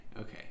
okay